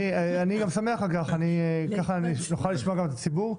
אני גם שמח על כך, ככה נוכל לשמוע גם את הציבור.